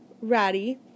ratty